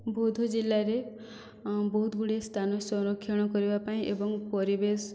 ବୌଦ୍ଧ ଜିଲ୍ଲାରେ ବହୁତ ଗୁଡ଼ିଏ ସ୍ଥାନ ସଂରକ୍ଷଣ କରିବା ପାଇଁ ଏବଂ ପରିବେଶ